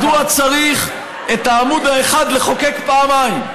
מדוע צריך את העמוד האחד לחוקק פעמיים?